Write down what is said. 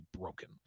broken